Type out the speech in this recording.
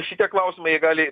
šitie klausimai jie gali